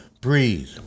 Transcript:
Breathe